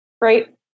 right